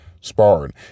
sparring